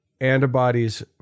antibodies